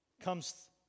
comes